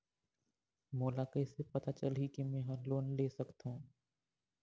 मोला कइसे पता चलही कि मैं ह लोन ले सकथों?